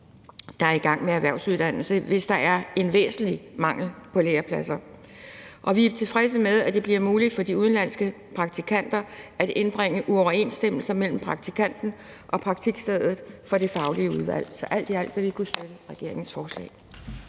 der er i gang med en erhvervsuddannelse, hvis der er en væsentlig mangel på lærepladser. Vi er tilfredse med, at det bliver muligt for de udenlandske praktikanter at indbringe uoverensstemmelser mellem praktikanten og praktikstedet for det faglige udvalg. Så alt i alt vil vi kunne støtte regeringens forslag.